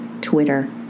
Twitter